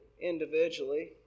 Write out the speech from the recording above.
individually